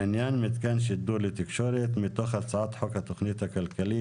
(בעניין מתקן שידור לתקשורת) מתוך הצעת חוק התכנית הכלכלית